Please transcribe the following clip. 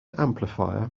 amplifier